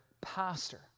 pastor